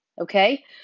Okay